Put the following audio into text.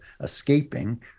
escaping